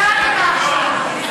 הגזמת עכשיו.